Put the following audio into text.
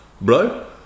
bro